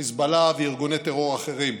חיזבאללה וארגוני טרור אחרים.